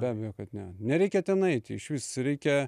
be abejo kad ne nereikia ten eiti išvis reikia